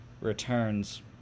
returns